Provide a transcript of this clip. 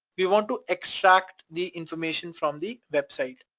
we want to extract the information from the website.